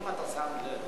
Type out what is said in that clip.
אם אתה שם לב,